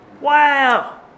wow